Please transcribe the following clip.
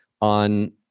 on